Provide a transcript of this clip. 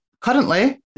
currently